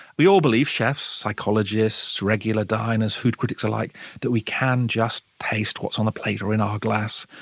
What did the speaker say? we all believe chefs, psychologists, regular diners, food critics alike that we can just taste what's on the plate or in our glass.